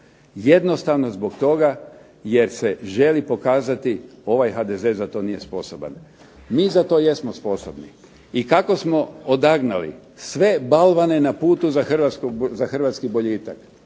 Jednostavno zbog toga jer se želi pokazati ovaj HDZ za to nije sposoban. Mi za to jesmo sposobni i kako smo odagnali sve balvane na putu za hrvatski boljitak